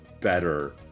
better